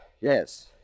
Yes